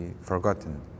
forgotten